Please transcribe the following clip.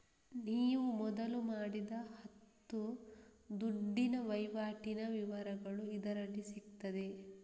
ನೀವು ಮೊದಲು ಮಾಡಿದ ಹತ್ತು ದುಡ್ಡಿನ ವೈವಾಟಿನ ವಿವರಗಳು ಇದರಲ್ಲಿ ಸಿಗ್ತದೆ